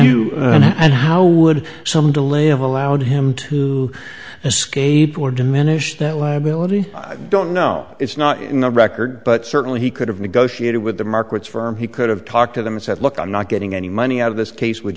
and how would some to live allowed him to escape or diminish that liability i don't know it's not in the record but certainly he could have negotiated with the markets firm he could have talked to them and said look i'm not getting any money out of this case would